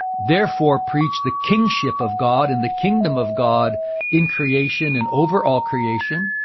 therefore preaching the kingship of god and the kingdom of god in creation and over all creation,